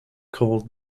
called